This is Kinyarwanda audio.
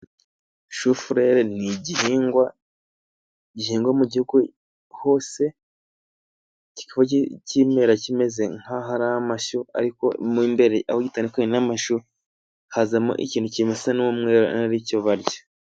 Shufurere ni igihingwa gihingwa mu Gihugu hose kikaba kimera kimeze nk'aho ari amashyu, ariko mwo imbere aho gitandukaniye n'amashu, hazamo ikintu kimeze nk'umweru ari cyo barya.